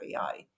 AI